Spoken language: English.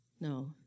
No